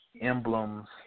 Emblems